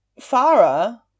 Farah